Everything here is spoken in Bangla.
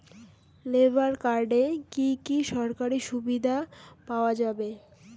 লেবার কার্ডে কি কি সরকারি সুবিধা পাওয়া যাবে?